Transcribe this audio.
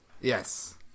yes